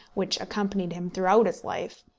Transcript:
which accompanied him throughout his life,